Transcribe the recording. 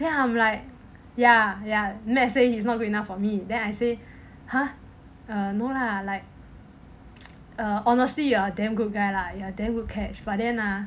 then I'm like ya ya matte say he is not good enough for me then I say !huh! err no lah like err honestly you are a damn good guy lah you are a damn good catch but then ah